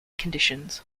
conditions